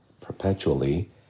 perpetually